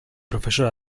profesor